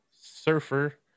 Surfer